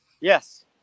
Yes